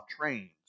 trains